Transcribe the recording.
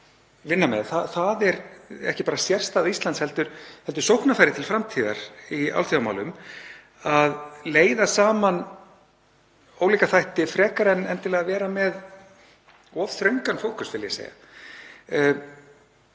vinna með. Það er ekki bara sérstaða Íslands heldur sóknarfæri til framtíðar í alþjóðamálum að leiða saman ólíka þætti frekar en endilega að vera með of þröngan fókus, vil ég segja.